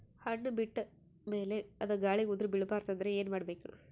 ಹಣ್ಣು ಬಿಟ್ಟ ಮೇಲೆ ಅದ ಗಾಳಿಗ ಉದರಿಬೀಳಬಾರದು ಅಂದ್ರ ಏನ ಮಾಡಬೇಕು?